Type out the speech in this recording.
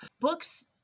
Books